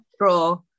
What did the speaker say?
draw